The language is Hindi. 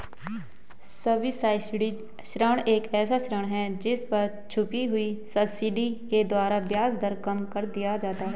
सब्सिडाइज्ड ऋण एक ऐसा ऋण है जिस पर छुपी हुई सब्सिडी के द्वारा ब्याज दर कम कर दिया जाता है